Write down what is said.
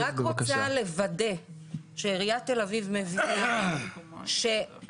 אני רק רוצה לוודא שעיריית תל אביב מבינה שהאתר